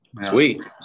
Sweet